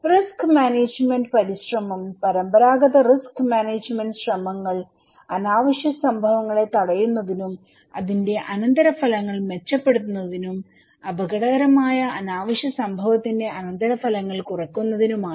risk management പരിശ്രമംപരമ്പരാഗത risk management ശ്രമങ്ങൾ അനാവശ്യ സംഭവങ്ങളെ തടയുന്നതിനുംഅതിന്റെ അനന്തരഫലങ്ങൾ മെച്ചപ്പെടുത്തുന്നതിനും അപകടകരമായ അനാവശ്യ സംഭവത്തിന്റെ അനന്തരഫലങ്ങൾ കുറയ്ക്കുന്നതിനുമാണ്